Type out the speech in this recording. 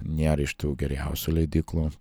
nėra iš tų geriausių leidyklų